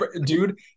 Dude